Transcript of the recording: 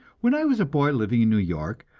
when i was a boy living in new york,